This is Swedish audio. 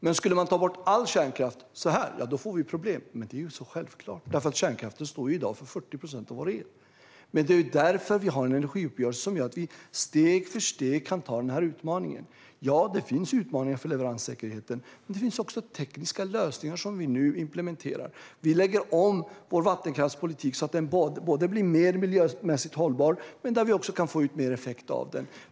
Men skulle all kärnkraft tas bort i ett snäpp får vi problem. Det är dock självklart, för kärnkraften står i dag för 40 procent av vår el. Det är därför vi har en energiuppgörelse som gör att vi steg för steg kan anta utmaningen. Det finns utmaningar när det gäller leveranssäkerheten, men det finns också tekniska lösningar som vi nu implementerar. Vi lägger om vår vattenkraftspolitik så att den blir mer miljömässigt hållbar och så att vi kan få ut mer effekt av den.